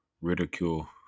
ridicule